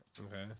Okay